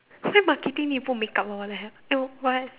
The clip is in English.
why marketing need to put make-up one what the hell you what